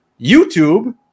youtube